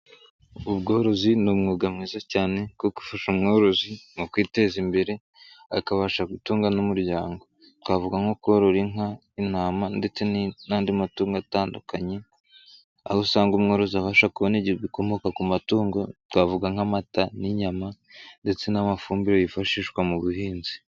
Ubworozi ni umwuga mwiza cyane wo gufasha umworozi mu kwiteza imbere, akabasha gutunga n'umuryango. Twavuga nko korora inka, intama ndetse n'andi matungo atandukanye, aho usanga umworozi abasha kubona ibikomoka ku matungo, twavuga nk'amata n'inyama ndetse n'amafumbire yifashishwa mu buhinzi.